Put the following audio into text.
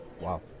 Wow